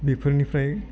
बेफोरनिफ्राय